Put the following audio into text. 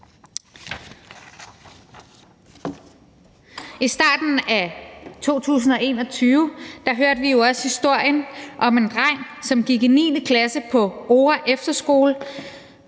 I starten af 2021 hørte vi jo også historien om en dreng, som gik i 9. klasse på Oure Efterskole,